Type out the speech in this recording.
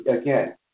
again